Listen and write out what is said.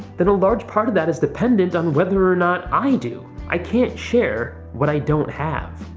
then a large part of that is dependent on whether or not i do. i can't share what i don't have.